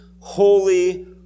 holy